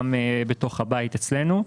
גם בתוך הבית אצלנו.